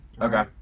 Okay